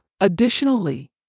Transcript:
Additionally